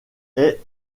est